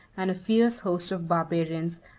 and a fierce host of barbarians,